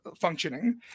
functioning